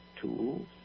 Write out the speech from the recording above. tools